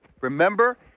Remember